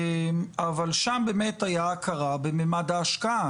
אבל שם באמת היה הכרה במימד ההשקעה.